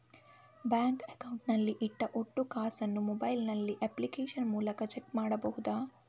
Bank account ನಲ್ಲಿ ಇಟ್ಟ ಒಟ್ಟು ಕಾಸನ್ನು ಮೊಬೈಲ್ ನಲ್ಲಿ ಅಪ್ಲಿಕೇಶನ್ ಮೂಲಕ ಚೆಕ್ ಮಾಡಬಹುದಾ?